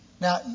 Now